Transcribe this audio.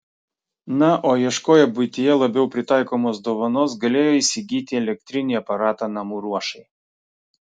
na o ieškoję buityje labiau pritaikomos dovanos galėjo įsigyti elektrinį aparatą namų ruošai